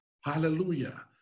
Hallelujah